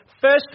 First